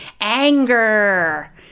anger